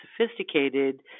sophisticated